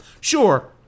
Sure